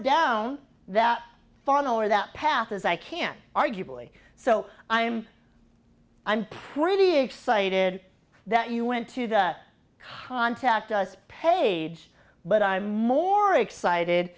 down that follower that path as i can arguably so i'm i'm pretty excited that you went to that contact us page but i'm more excited